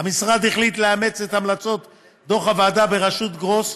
המשרד החליט לאמץ את המלצות דוח הוועדה בראשות גרוס.